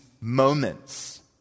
moments